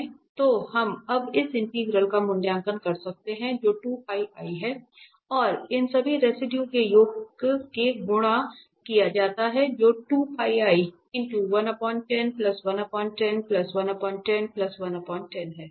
तो हम अब इस इंटीग्रल का मूल्यांकन कर सकते हैं जो हैं और इन सभी रेसिडुए के योग से गुणा किया जाता है जो है